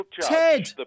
Ted